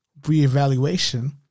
reevaluation